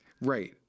Right